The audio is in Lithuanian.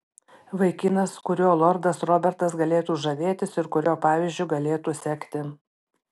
vaikinas kuriuo lordas robertas galėtų žavėtis ir kurio pavyzdžiu galėtų sekti